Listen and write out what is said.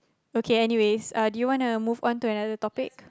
okay anyways do you wanna move on to another topic